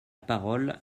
parole